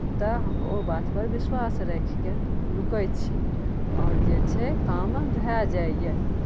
तऽ ओ बातपर विश्वास राखि कऽ रुकै छी आओर जे छै काम भए जाइए